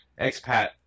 expat